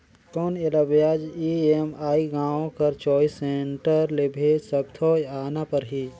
कौन एला ब्याज ई.एम.आई गांव कर चॉइस सेंटर ले भेज सकथव या आना परही?